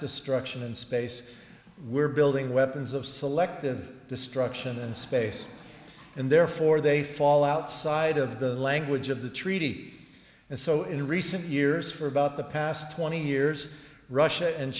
destruction in space we're building weapons of selective destruction in space and therefore they fall outside of the language of the treaty and so in recent years for about the past twenty years russia and